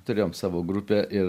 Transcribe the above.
turėjom savo grupę ir